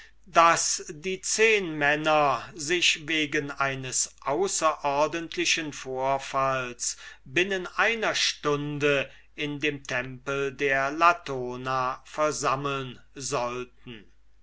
daß die zehnmänner sich wegen eines außerordentlichen vorfalls binnen einer stunde in dem tempel der latona versammeln sollten